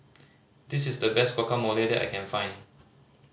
this is the best Guacamole that I can find